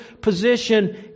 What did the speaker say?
position